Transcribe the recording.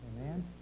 Amen